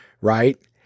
right